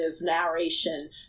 narration